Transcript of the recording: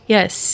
Yes